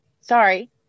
Sorry